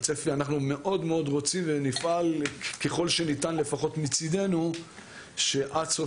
אנחנו מאוד רוצים ונפעל ככל שניתן לפחות מצידנו שעד סוף